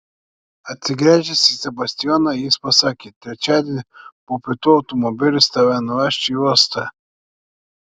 atsigręžęs į sebastijoną jis pasakė trečiadienį po pietų automobilis tave nuveš į uostą